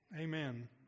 Amen